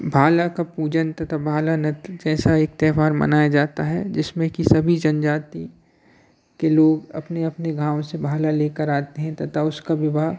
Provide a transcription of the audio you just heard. भाला का पूजन तथा भाला नत जैसा एक त्यौहार मनाया जाता है जिसमें कि सभी जनजाति के लोग अपने अपने गाँव से भाला लेकर आते हैं तथा उसका विवाह